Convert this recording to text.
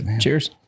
cheers